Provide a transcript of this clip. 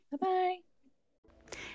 Bye-bye